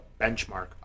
benchmark